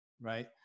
right